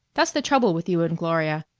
that's the trouble with you and gloria.